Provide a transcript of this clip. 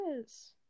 Yes